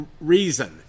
reason